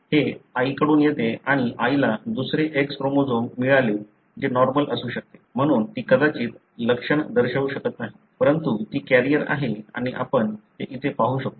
हे आईकडून येते आणि आईला दुसरे X क्रोमोझोम मिळाले जे नॉर्मल असू शकते म्हणून ती कदाचित लक्षण दर्शवू शकत नाही परंतु ती कॅरियर आहे आणि आपण ते इथे पाहू शकतो